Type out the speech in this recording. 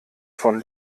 von